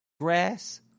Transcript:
Grass